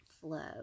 flow